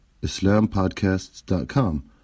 islampodcasts.com